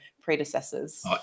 predecessors